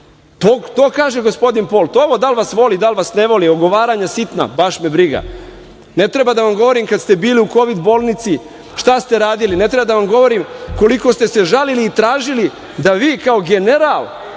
To kaže gospodin Poult. Da li vas voli, da li vas ne voli, ogovaranja sitna, baš me briga. Ne treba da vam govorim kada ste bili u kovid bolnici šta ste radili, ne treba da vam govorim koliko ste se žalili i tražili da vi kao general